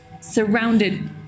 surrounded